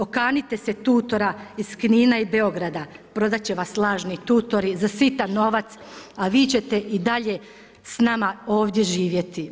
Okanite se tutora iz Knina i Beograda, prodat će vas lažni tutori za sitan novac, a vi ćete i dalje s nama ovdje živjeti.